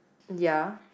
ya